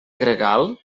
gregal